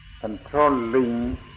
controlling